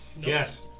Yes